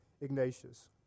Ignatius